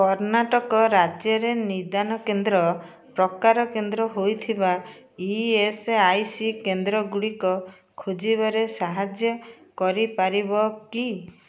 କର୍ଣ୍ଣାଟକ ରାଜ୍ୟରେ ନିଦାନ କେନ୍ଦ୍ର ପ୍ରକାର କେନ୍ଦ୍ର ହୋଇଥିବା ଇ ଏସ୍ ଆଇ ସି କେନ୍ଦ୍ରଗୁଡ଼ିକ ଖୋଜିବାରେ ସାହାଯ୍ୟ କରିପାରିବ କି